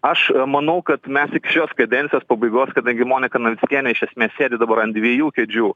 aš manau kad mes šios kadencijos pabaigos kadangi monika navickienė iš esmės sėdi dabar ant dviejų kėdžių